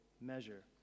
measure